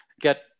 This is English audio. get